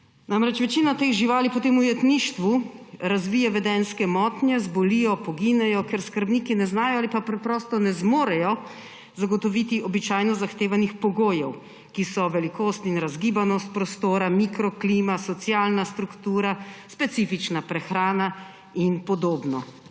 Namreč, večina teh živali potem v ujetništvu razvije vedenjske motnje, zbolijo, poginejo, ker skrbniki ne znajo ali pa preprosto ne zmorejo zagotoviti običajno zahtevanih pogojev, ki so velikost in razgibanost prostora, mikroklima, socialna struktura, specifična prehrana in podobno.